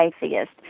atheist